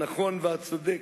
הנכון והצודק,